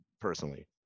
personally